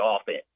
offense